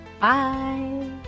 Bye